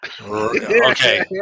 Okay